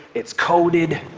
it's coded.